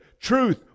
truth